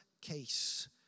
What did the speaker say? case